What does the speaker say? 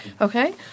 Okay